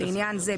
לעניין זה,